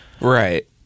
Right